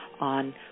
on